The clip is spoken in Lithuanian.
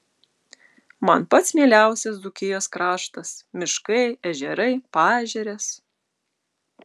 man pats mieliausias dzūkijos kraštas miškai ežerai paežerės